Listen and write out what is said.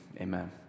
amen